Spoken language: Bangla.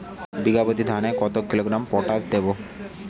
বিঘাপ্রতি ধানে কত কিলোগ্রাম পটাশ দেবো?